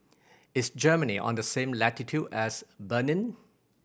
is Germany on the same latitude as Benin